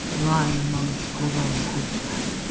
lying amongst the rose bushes.